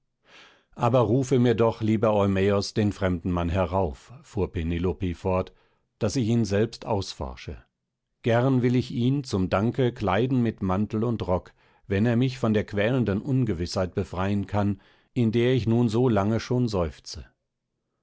aber rufe mir doch lieber eumäos den fremden mann herauf fuhr penelope fort daß ich ihn selbst ausforsche gern will ich ihn zum danke kleiden mit mantel und rock wenn er mich von der quälenden ungewißheit befreien kann in der ich nun so lange schon seufze